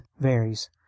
varies